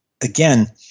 again